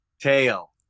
Tail